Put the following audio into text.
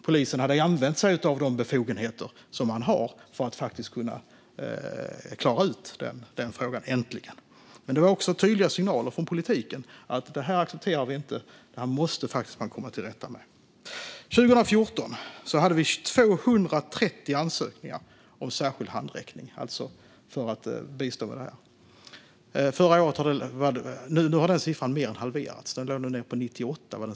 Polisen hade använt sig av de befogenheter man faktiskt har för att äntligen klara upp den frågan. Men det var också en tydlig signal från politiken att det här accepterar vi inte; det här måste man komma till rätta med. År 2014 hade vi 230 ansökningar om särskild handräckning, alltså om att bistå med avhysning. Nu har den siffran mer än halverats - den senaste siffran var 98.